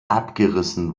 abgerissen